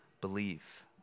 believe